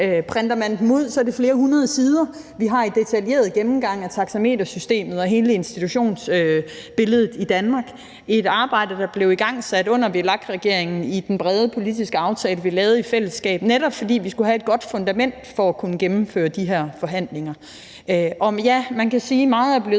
Printer man dem ud, er det flere hundrede sider af detaljeret gennemgang af taxametersystemet og hele institutionsbilledet i Danmark. Det er et arbejde, der blev igangsat under VLAK-regeringen i den brede politiske aftale, vi lavede i fællesskab, netop fordi vi skulle have et godt fundament for at kunne gennemføre de her forhandlinger. Og ja, man kan sige, at meget er blevet